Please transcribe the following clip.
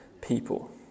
people